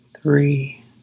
three